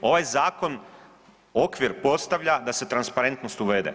Ovaj zakon okvir postavlja da se transparentnost uvede.